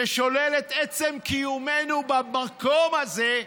ששולל את עצם קיומנו במקום הזה,